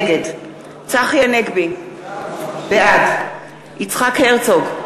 נגד צחי הנגבי, בעד יצחק הרצוג,